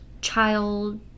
child